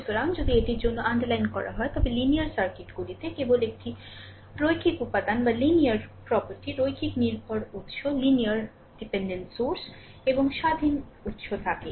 সুতরাং যদি এটির জন্য এটি আন্ডারলাইন করা হয় তবে লিনিয়ার সার্কিটগুলিতে কেবল একটি রৈখিক উপাদান রৈখিক নির্ভর উত্স এবং স্বাধীন উত্স থাকে